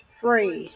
free